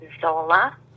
Zola